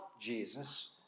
Jesus